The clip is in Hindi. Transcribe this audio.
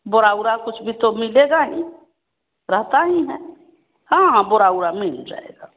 बोरा उरा कुछ भी तो मिलेगा ही रहता ही है हाँ बोरा उरा मिल जाएगा